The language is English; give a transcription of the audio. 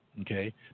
Okay